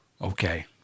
Okay